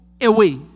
away